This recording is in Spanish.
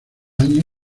año